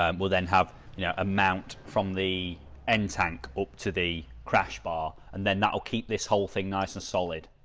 um will then have yeah amount from the end tank up to the crash bar and then that'll keep this whole thing nice and solid.